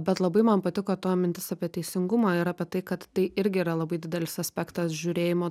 bet labai man patiko tavo mintis apie teisingumą ir apie tai kad tai irgi yra labai didelis aspektas žiūrėjimo